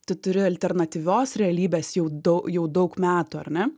tu turi alternatyvios realybės jau dau jau daug metų ar ne